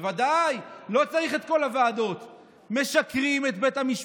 בועז, ברמה האישית, שאפו על ההחלטה.